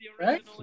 right